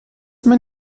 man